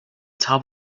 top